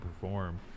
perform